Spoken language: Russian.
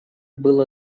было